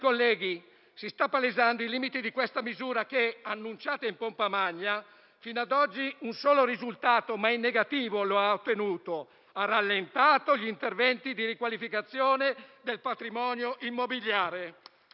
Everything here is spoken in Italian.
si sta palesando il limite di questa misura che, annunciata in pompa magna, fino ad oggi ha ottenuto un solo risultato, ma in negativo: ha rallentato gli interventi di riqualificazione del patrimonio immobiliare.